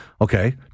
okay